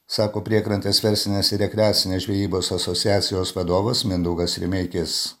sako priekrantės verslinės ir rekreacinės žvejybos asociacijos vadovas mindaugas rimeikis